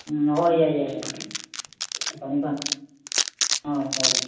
ꯎꯝ ꯍꯣꯏ ꯌꯥꯏ ꯌꯥꯏ ꯌꯥꯏ ꯐꯅꯤ ꯐꯅꯤ ꯍꯣꯏ ꯍꯣꯏ ꯍꯣꯏ